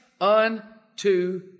unto